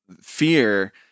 fear